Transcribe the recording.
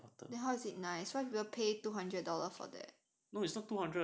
then how is it nice why people pay two hundred dollar for that